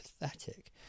pathetic